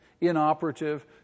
inoperative